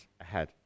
ahead